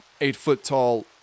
eight-foot-tall